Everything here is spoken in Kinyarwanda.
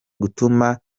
gutuma